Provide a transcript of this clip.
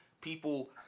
people